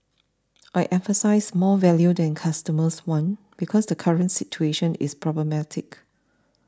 I emphasised more value that customers want because the current situation is problematic